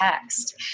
text